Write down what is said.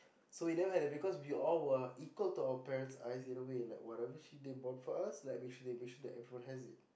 so we didn't have that because we all were equal to our parent's eyes in a way like whatever she they bought for us like we should they make sure that everyone has it